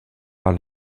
par